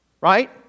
Right